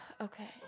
okay